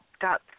got